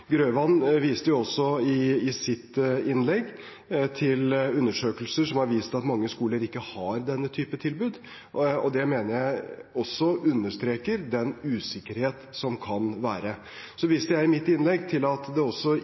Grøvan viste i sitt innlegg til undersøkelser som har vist at mange skoler ikke har denne type tilbud, og det mener jeg også understreker den usikkerheten som kan være til stede. Jeg viste i mitt innlegg til at det